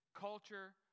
culture